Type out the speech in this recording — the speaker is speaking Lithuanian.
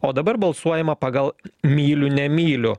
o dabar balsuojama pagal myliu nemyliu